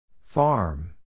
Farm